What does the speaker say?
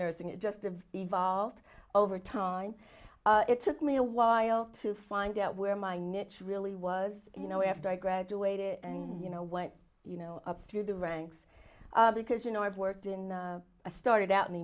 nursing it just of evolved over time it took me a while to find out where my nature really was you know after i graduated and you know what you know up through the ranks because you know i've worked in i started out in the